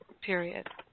period